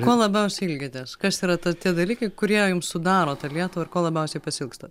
ko labiausiai ilgitės kas yra ta tie dalykai kurie jums sudaro tą lietuvą ir ko labiausiai pasiilgstat